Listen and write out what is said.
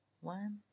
one